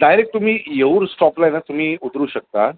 direct तुम्ही येऊर स्टॉपला आहे ना तुम्ही उतरू शकता